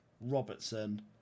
Robertson